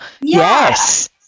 Yes